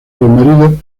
marido